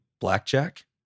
blackjack